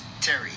Terry